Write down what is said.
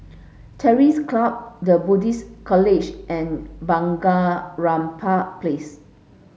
Terrors Club The Buddhist College and Bunga Rampai Place